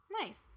Nice